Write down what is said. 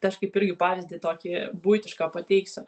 tai aš kaip irgi pavyzdį tokį buitišką pateiksiu